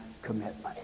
Commitment